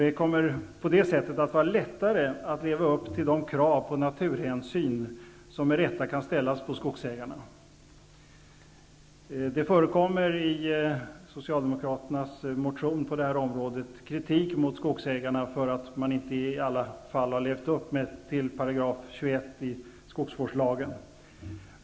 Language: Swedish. Det kommer på det sättet att vara lättare att leva upp till de krav på naturhänsyn som med rätta kan ställas på skogsägarna. Det förekommer i Socialdemokraternas motion på det här området kritik mot skogsägarna för att de inte i alla fall har levt upp till 21 § i skogsvårdslagen.